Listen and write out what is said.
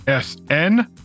SN